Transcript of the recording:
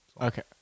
Okay